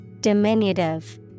Diminutive